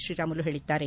ಶ್ರೀರಾಮುಲು ಹೇಳದ್ದಾರೆ